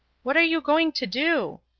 what are you going to do?